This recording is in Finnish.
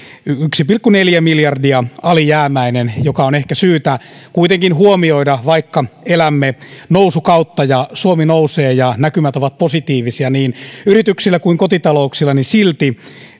yksi pilkku neljä miljardia alijäämäinen mikä on ehkä syytä kuitenkin huomioida vaikka elämme nousukautta ja suomi nousee ja näkymät ovat positiivisia niin yrityksillä kuin kotitalouksilla niin silti